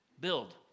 build